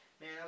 Man